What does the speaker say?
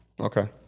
Okay